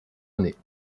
année